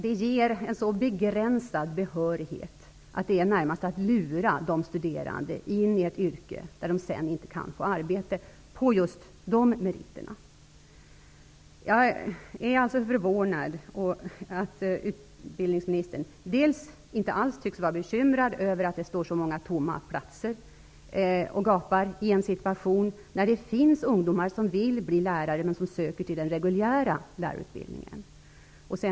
Det ger en så begränsad behörighet att det närmast är att lura de studerande in i ett yrke, där de sedan inte kan få arbete på just de meriterna. Jag är förvånad över att utbildningsministern inte alls tycks vara bekymrad över att så många tomma platser står och gapar i en situation där det finns ungdomar som vill bli lärare men som söker till den reguljära lärarutbildningen.